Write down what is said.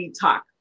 talk